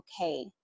okay